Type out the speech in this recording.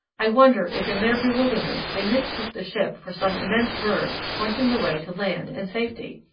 i wonder if in their bewilderment they mistook the ship for some immense bird pointing the way to land and safety!